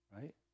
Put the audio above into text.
Right